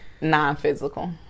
non-physical